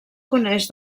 coneix